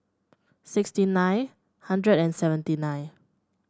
sixty nine hundred and seventy nine